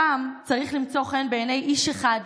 שם צריך למצוא חן בעיני איש אחד,